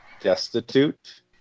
destitute